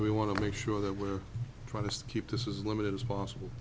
we want to make sure that we're trying to keep this is limited as possible